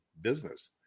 business